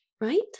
Right